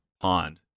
pond